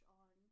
on